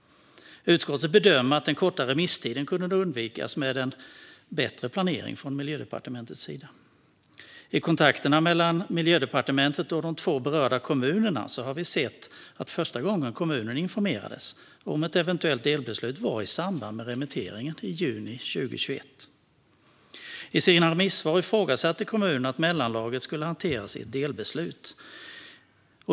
Utskottet bedömer att den korta remisstiden kunnat undvikas med en bättre planering från Miljödepartementets sida. I kontakterna mellan Miljödepartementet och de två berörda kommunerna har vi sett att första gången kommunerna informerades om ett eventuellt delbeslut var i samband med remitteringen i juni 2021. I sina remissvar ifrågasatte kommunerna att mellanlagret skulle hanteras i ett delbeslut.